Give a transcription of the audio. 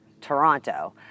Toronto